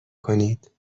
کنید